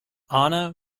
anna